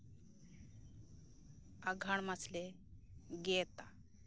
ᱟᱸᱜᱷᱟᱬ ᱢᱟᱥ ᱞᱮ ᱜᱮᱫᱟ